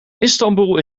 istanboel